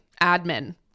admin